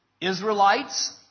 Israelites